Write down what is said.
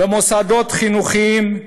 במוסדות חינוכיים,